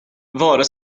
vare